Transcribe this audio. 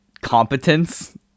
Competence